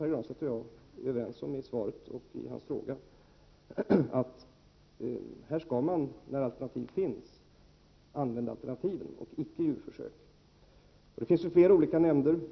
Pär Granstedt och jag är överens om, som framgår av hans fråga och mitt svar, att om det finns alternativ skall de användas och icke djurförsök. Det finns flera olika nämnder.